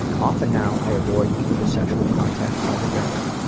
often now, i avoid equal sexual contact altogether.